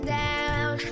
down